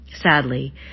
Sadly